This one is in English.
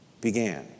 began